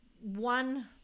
one